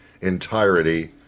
entirety